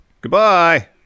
Goodbye